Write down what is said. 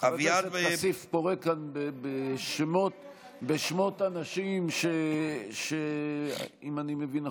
חבר הכנסת כסיף קורא כאן בשמות אנשים שאם אני מבין נכון,